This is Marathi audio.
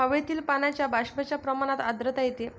हवेतील पाण्याच्या बाष्पाच्या प्रमाणात आर्द्रता येते